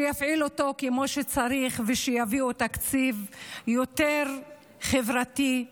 שיפעיל אותו כמו שצריך, ושיביאו תקציב יותר חברתי,